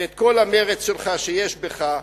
שאת כל המרץ שיש בך,